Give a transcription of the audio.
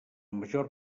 major